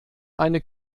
eine